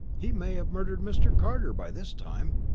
he may have murdered mr. carter by this time.